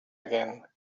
again